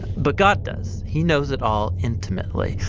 but god does he knows it all intimately.